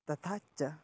तथा च